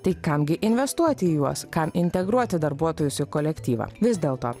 tai kam gi investuoti į juos kam integruoti darbuotojus į kolektyvą vis dėlto